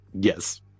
Yes